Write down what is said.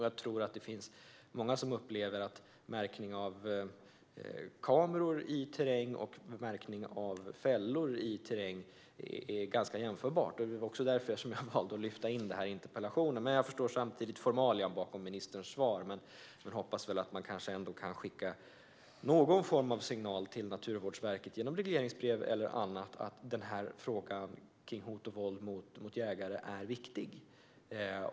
Jag tror att många upplever att märkning av kameror i terräng och märkning av fällor i terräng är jämförbart. Det var också därför jag valde att lyfta in detta i interpellationen. Men jag förstår samtidigt formalian bakom ministerns svar. Förhoppningsvis kan man ändå skicka någon form av signal till Naturvårdsverket genom regleringsbrev eller annat att frågan om hot och våld mot jägare är viktig.